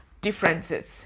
differences